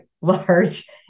large